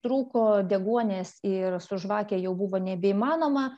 trūko deguonies ir su žvake jau buvo nebeįmanoma